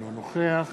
אינו נוכח